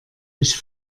ich